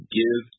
give